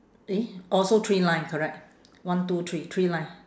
eh also three line correct one two three three line